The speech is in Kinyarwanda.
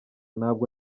ntabwo